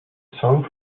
song